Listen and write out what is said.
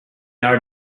are